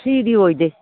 ꯐ꯭ꯔꯤꯗꯤ ꯑꯣꯏꯗꯦ